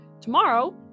Tomorrow